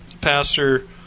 Pastor